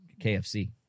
KFC